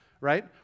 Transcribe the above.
right